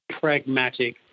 pragmatic